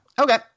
Okay